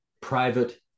private